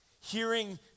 hearing